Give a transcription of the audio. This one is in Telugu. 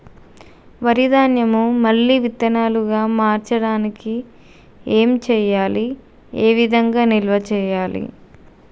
వరి ధాన్యము మళ్ళీ విత్తనాలు గా మార్చడానికి ఏం చేయాలి ఏ విధంగా నిల్వ చేయాలి?